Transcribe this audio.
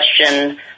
question